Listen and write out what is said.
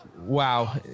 wow